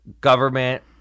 government